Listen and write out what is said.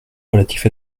relatif